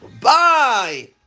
Bye